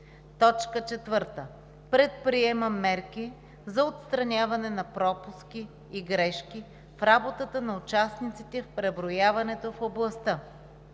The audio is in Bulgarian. придружители; 4. предприема мерки за отстраняване на пропуски и грешки в работата на участниците в преброяването в областта;